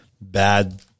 bad